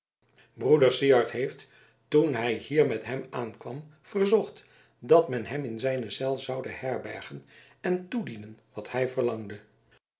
broeder syard heeft toen hij hier met hem aankwam verzocht dat men hem in zijne cel zoude herbergen en toedienen wat hij verlangde